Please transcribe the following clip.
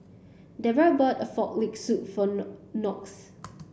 Debra bought a frog leg soup for Knox